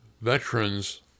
veterans